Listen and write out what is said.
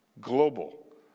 global